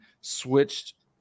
switched